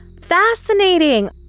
fascinating